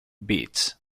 beats